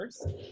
first